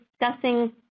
Discussing